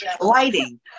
lighting